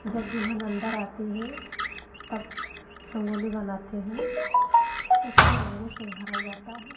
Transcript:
जब दुल्हन अंदर आती है तब रंगोली बनाते हैं उसको रंगों से भरा जाता है